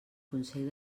consell